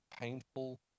painful